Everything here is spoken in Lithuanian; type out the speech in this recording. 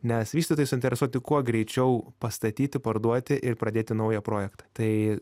nes vystytojai suinteresuoti kuo greičiau pastatyti parduoti ir pradėti naują projektą tai